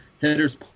hitter's